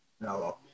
No